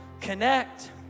connect